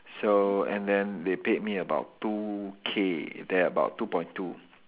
so and then they paid me about two K there about two point two